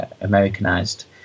Americanized